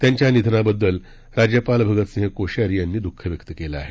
त्यांच्या निधनाबद्दल राज्यपाल भगतसिंह कोश्यारी यांनी दःख व्यक्त केलं आहे